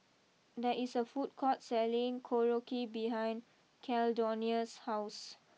there is a food court selling Korokke behind Caldonia's house